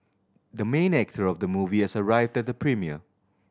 the main actor of the movie has arrived at the premiere